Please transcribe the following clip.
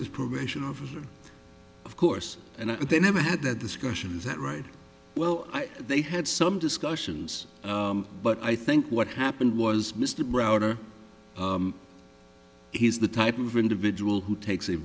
his probation officer of course and they never had that discussion is that right well they had some discussions but i think what happened was mr browder he's the type of individual who takes